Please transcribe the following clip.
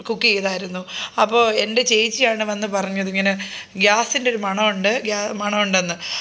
കുക്ക്യ്താരുന്നു അപ്പോള് എൻ്റെ ചേച്ചിയാണ് വന്ന് പറഞ്ഞത് ഇങ്ങനെ ഗ്യാസിന്റെയൊരു മണമുണ്ട് മണമുണ്ടെന്ന്